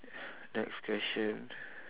next question